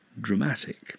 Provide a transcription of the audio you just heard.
dramatic